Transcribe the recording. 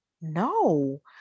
no